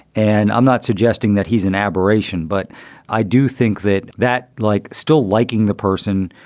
and i'm not suggesting that he's an aberration. but i do think that that like still liking the person,